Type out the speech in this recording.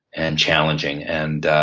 and challenging. and